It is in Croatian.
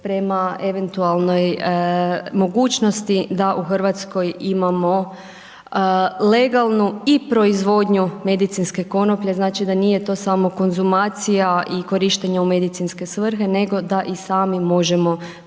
prema eventualnoj mogućnosti da u RH imamo legalnu i proizvodnju medicinske konoplje, znači, da nije to samo konzumacija i korištenje u medicinske svrhe, nego da i sami možemo proizvoditi